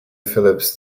phillips